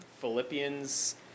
Philippians